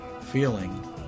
feeling